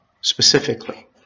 specifically